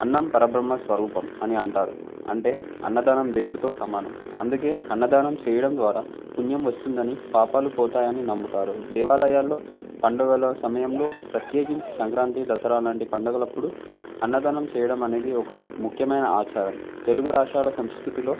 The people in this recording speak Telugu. అన్నం పరబ్రహ్మ స్వరూపం అని అంటారు అంటే అన్నదానం దేవుడితో సమానం అందుకే అన్నదానం చేయడం ద్వారా పుణ్యం వస్తుందని పాపాలు పోతాయని నమ్ముతారు దేవాలయాల్లో పండగల సమయంలో ప్రత్యేకించి సంక్రాంతి దసరాాల లాంటి పండగలప్పుడు అన్నదానం చేయడం అనేది ఒక ముఖ్యమైన ఆచారం తెలుగు రాష్ట్రాల సంస్కృతిలో